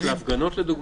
חופש להפגנות, לדוגמה.